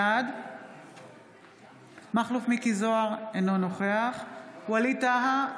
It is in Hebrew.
בעד מכלוף מיקי זוהר, אינו נוכח ווליד טאהא,